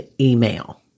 email